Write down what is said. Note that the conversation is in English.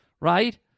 Right